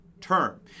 term